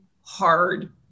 hard